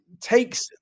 takes